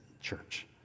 church